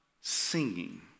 singing